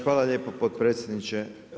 Hvala lijepo potpredsjedniče.